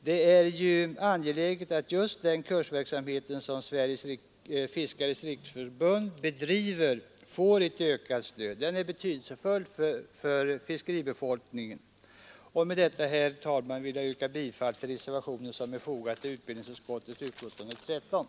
Det är angeläget att den kursverksamhet som Sveriges fiskares riksförbund bedriver får ett ökat stöd. Denna kursverksamhet är betydelsefull för fiskarbefolkningen. Med detta, herr talman, ber jag att få yrka bifall till reservationen.